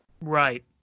Right